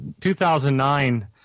2009